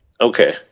Okay